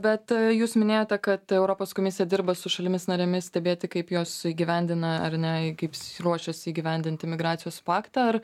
bet jūs minėjote kad europos komisija dirba su šalimis narėmis stebėti kaip jos įgyvendina ar ne kaip ruošiasi įgyvendinti migracijos paktą ar